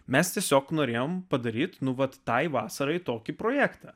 mes tiesiog norėjome padaryti nu vat tai vasarai tokį projektą